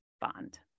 bond